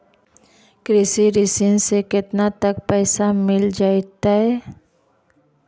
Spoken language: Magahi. कृषि ऋण से केतना तक पैसा मिल जइतै?